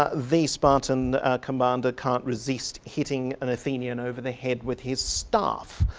ah the spartan commander can't resist hitting an athenian over the head with his staff.